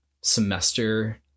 semester